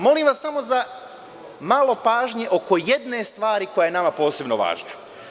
Molim vas samo za malo pažnje oko jedne stvari koja je nama posebno važna.